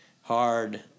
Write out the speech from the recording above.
hard